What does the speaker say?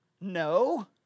No